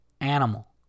Animal